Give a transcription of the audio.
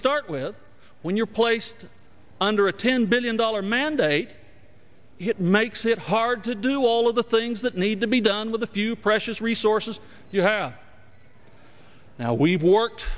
start with when you're placed under a ten billion dollar mandate it makes it hard to do all of the things that need to be done with the few precious resources now we've worked